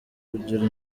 kugira